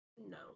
No